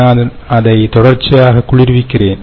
நான் அதை தொடர்ச்சியாக குளிர்விக்கிறேன்